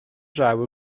draw